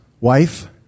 wife